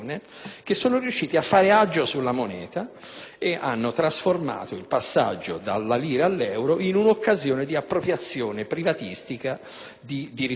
e hanno trasformato il passaggio dalla lira all'euro in un'occasione di appropriazione privatistica di risorse economiche collettive.